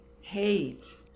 hate